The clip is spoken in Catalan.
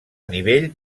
nivell